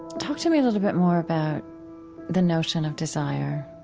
talk to me a little bit more about the notion of desire.